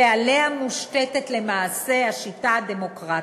ועליה מושתתת למעשה השיטה הדמוקרטית.